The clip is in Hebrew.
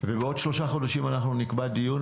בעוד שלושה חודשים אנחנו נקבע דיון,